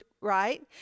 right